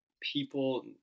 people